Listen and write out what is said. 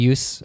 Use